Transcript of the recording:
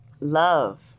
Love